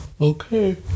Okay